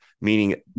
meaning